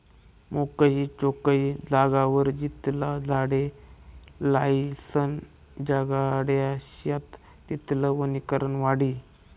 मोकयी चोकयी जागावर जितला झाडे लायीसन जगाडश्यात तितलं वनीकरण वाढी